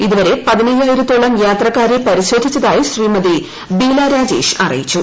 ഇതുവരെ പതിനയ്യായിരത്തോളം യാത്രക്കാരെ പരിശോധിച്ചതായി ശ്രീമതി ബീല രാജേഷ് അറിയിച്ചു